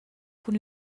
cun